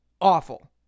Awful